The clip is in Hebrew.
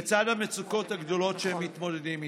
לצד המצוקות הגדולות שהם מתמודדים איתן.